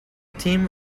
theme